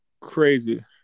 Crazy